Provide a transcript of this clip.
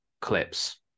clips